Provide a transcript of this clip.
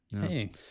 Hey